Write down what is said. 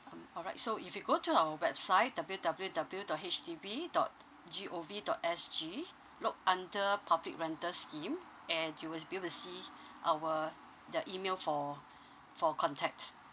um all right so if you go to our website W W W dot H D B dot G O V dot S G look under public rental scheme and you wills be able to see our the email for for contact